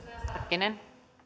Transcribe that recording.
arvoisa